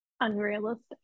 unrealistic